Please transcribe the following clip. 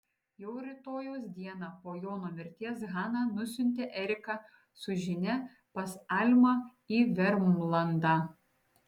jau rytojaus dieną po jono mirties hana nusiuntė eriką su žinia pas almą į vermlandą